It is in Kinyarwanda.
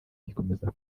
gikomeza